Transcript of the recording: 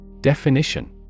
Definition